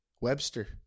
Webster